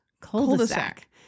cul-de-sac